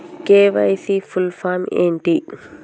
KYC full form ఏంటి?